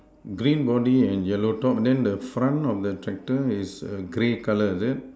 green body and yellow top then the front of the tractor is err grey color is it